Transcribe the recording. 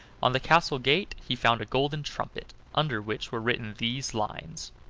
on the castle gate he found a golden trumpet, under which were written these lines